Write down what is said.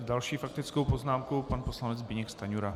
S další faktickou poznámkou pan poslanec Zbyněk Stanjura.